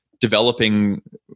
developing